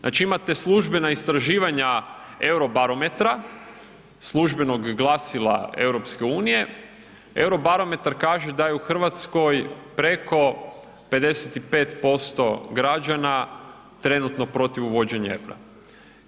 Znači imate službena istraživanja Eurobarometra, službenog glasila EU, Eurobarometar kaže da je u Hrvatskoj preko 55% građana trenutno protiv uvođenja EUR-a.